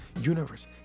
Universe